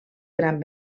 gran